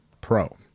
Pro